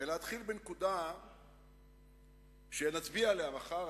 ואתחיל בנקודה שנצביע עליה מחר,